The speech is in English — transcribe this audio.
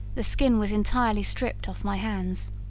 the skin was entirely stript off my hands.